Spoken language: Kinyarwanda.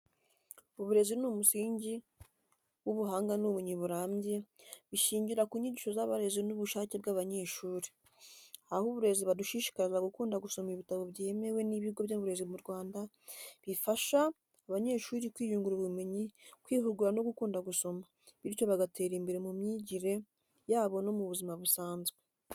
Uburezi ni umusingi w'ubuhanga n'ubumenyi burambye, bishingira ku nyigisho z'abarezi n'ubushake bw'abanyeshuri. Aho abarezi badushishikariza gukunda gusoma ibitabo byemewe n'ibigo by'uburezi mu Rwanda bifasha abanyeshuri kwiyungura ubumenyi, kwihugura no gukunda gusoma, bityo bagatera imbere mu myigire yabo no mu buzima busanzwe.